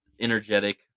Energetic